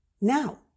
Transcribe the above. now